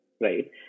right